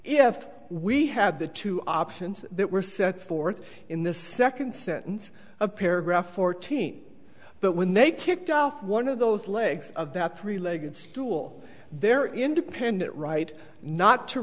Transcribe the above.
had the two options that were set forth in the second sentence of paragraph fourteen but when they kicked out one of those legs of that three legged stool their independent right not to